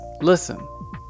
listen